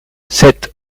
sept